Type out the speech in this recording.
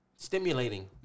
Stimulating